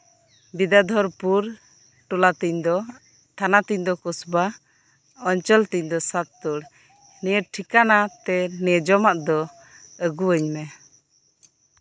ᱵᱤᱫᱽᱫᱟᱫᱷᱚᱨᱯᱩᱨ ᱴᱚᱞᱟ ᱛᱤᱧ ᱫᱚ ᱛᱷᱟᱱᱟ ᱛᱤᱧ ᱫᱚ ᱠᱚᱥᱵᱟ ᱚᱧᱪᱚᱞ ᱛᱤᱧ ᱫᱚ ᱥᱟᱹᱛᱩᱲ ᱱᱤᱭᱟᱹ ᱴᱷᱟᱠᱟᱛᱮ ᱱᱤᱭᱟᱹ ᱡᱚᱢᱟᱜ ᱫᱚ ᱟᱹᱜᱩ ᱟᱹᱧ ᱢᱮ